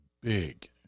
big